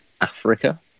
Africa